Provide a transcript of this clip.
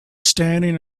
standing